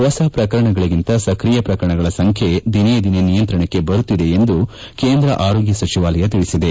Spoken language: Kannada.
ಹೊಸ ಪ್ರಕರಣಗಳಿಗಿಂತ ಸಕ್ರಿಯ ಪ್ರಕರಣಗಳ ಸಂಖ್ಯೆ ದಿನೇದಿನೆ ನಿಯಂತ್ರಣಕ್ಕೆ ಬರುತ್ತಿದೆ ಎಂದು ಕೇಂದ್ರ ಆರೋಗ್ಯ ಸಚಿವಾಲಯ ತಿಳಿಸಿದೆ